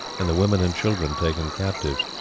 and the women and children taken captives,